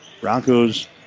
Broncos